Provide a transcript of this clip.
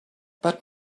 but